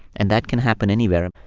and that can happen anywhere.